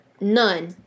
None